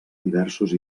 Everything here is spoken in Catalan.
diversos